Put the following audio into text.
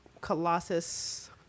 Colossus